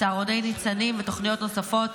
צהרוני ניצנים ותוכניות נוספות.